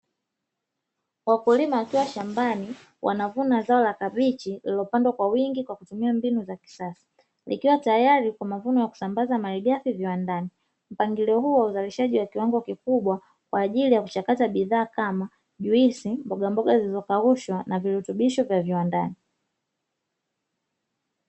Wakulima wakiwa shambani wanavuna zao la kabichi lililopandwa kwa wingi kwa kutumia mbinu za kisasa zikiwa tayari kwa mavuno ya kusambaza malighafi viwandani. Mpangilio huo wa uzalishaji wa kiwango kikubwa kwa ajili ya kuchakata bidhaa kama juisi, mbogamboga zilizokaushwa, na virutubisho vya viwandani.